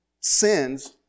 sins